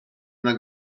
una